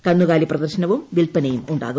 കന്നുകാലി പ്രദർശനവും വിൽപ്പനയും ഉണ്ടാകും